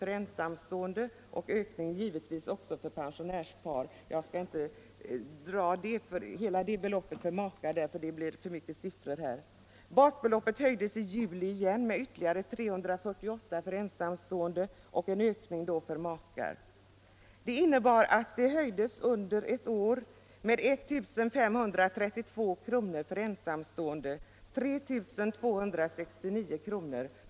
för ensamstående och givetvis en ökning också för pensionärspar; jag skall inte dra alla belopp, för det blir för mycket siffror. Basbeloppet höjdes återigen i oktober med 348 kr. för ensamstående och ett uppräknat belopp för makar. Detta innebär att pensionen under ett år höjdes med 1 532 kr. för ensamstående och 3 269 kr.